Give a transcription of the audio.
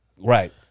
right